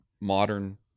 modern